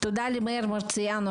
תודה למאיר מרציאנו,